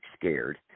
scared